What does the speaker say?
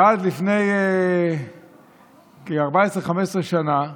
ואז, לפני כ-15-14 שנים,